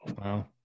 wow